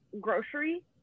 grocery